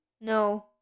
No